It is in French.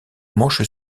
manche